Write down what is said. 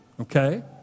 Okay